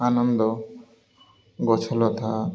ଆନନ୍ଦ ଗଛଲତା